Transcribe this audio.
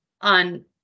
on